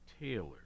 Taylor